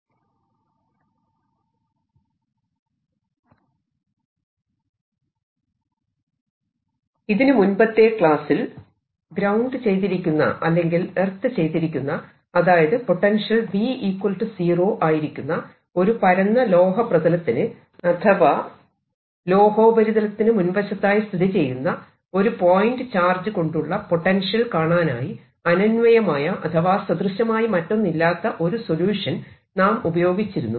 method of images II ground ചെയ്യപ്പെട്ട പരന്ന ലോഹപ്രതലത്തിന്റെയും ലോഹ ഗോളത്തിന്റെയും മുൻവശത്തുള്ള പോയിന്റ് ചാർജ് ഇതിനു മുൻപത്തെ ക്ലാസ്സിൽ ഗ്രൌണ്ട് ചെയ്തിരിക്കുന്ന അല്ലെങ്കിൽ എർത്ത് ചെയ്തിരിക്കുന്ന അതായത് പൊട്ടെൻഷ്യൽ V0 ആയിരിക്കുന്ന ഒരു പരന്ന ലോഹ പ്രതലത്തിന് അഥവാ ലോഹോപരിതലത്തിനു മുൻവശത്തായി സ്ഥിതിചെയ്യുന്ന ഒരു പോയിന്റ് ചാർജ് കൊണ്ടുള്ള പൊട്ടെൻഷ്യൽ കാണാനായി അനന്വയമായ അഥവാ സദൃശമായി മറ്റൊന്നില്ലാത്ത ഒരു സൊല്യൂഷൻ നാം ഉപയോഗിച്ചിരുന്നു